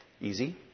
Easy